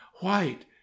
white